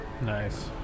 Nice